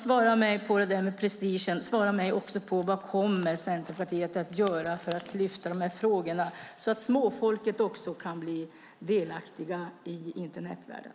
Svara mig på frågan om prestigen! Svara mig också på frågan vad Centerpartiet kommer att göra för att lyfta fram de här frågorna så att småfolket också kan bli delaktiga i Internetvärlden.